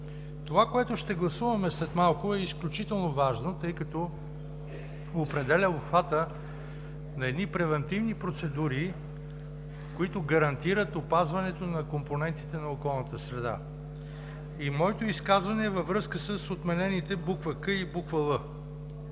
Това, което ще гласуваме след малко е изключително важно, тъй като определя обхвата на едни превантивни процедури, които гарантират опазването на компонентите на околната среда. Моето изказване е във връзка с отменените буква „к“ и буква